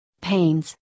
pains